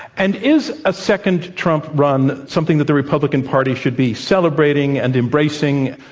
and is a second trump run something that the republican party should be celebrating and embracing